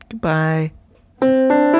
Goodbye